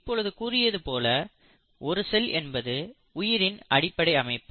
இப்பொழுது கூறியது போல ஒரு செல் என்பது உயிரின் அடிப்படை அமைப்பு